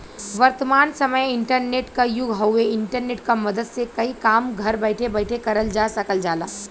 वर्तमान समय इंटरनेट क युग हउवे इंटरनेट क मदद से कई काम घर बैठे बैठे करल जा सकल जाला